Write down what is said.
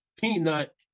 peanut